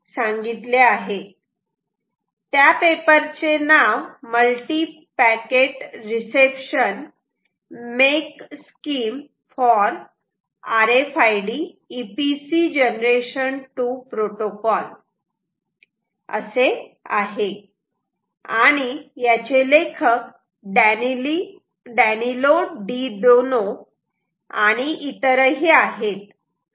त्या पेपर चे नाम multi packet reception MAC schemes for R F I D EPC generation 2 protocol असे आहे आणि याचे लेखक डॅनीलो डी दोनो आणि इतरही आहेत